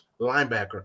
linebacker